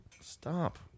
Stop